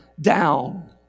down